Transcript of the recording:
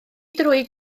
drwy